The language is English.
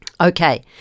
Okay